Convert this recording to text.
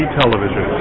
television